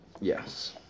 Yes